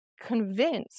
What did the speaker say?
convinced